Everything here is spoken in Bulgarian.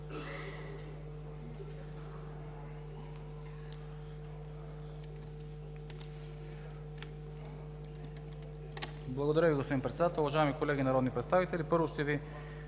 Благодаря Ви, господин Председател. Уважаеми колеги народни представители, първо, ще Ви